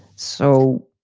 so,